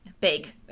big